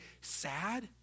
sad